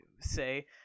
say